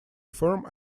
form